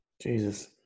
Jesus